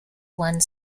one